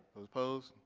opposed?